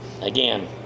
Again